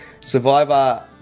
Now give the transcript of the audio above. Survivor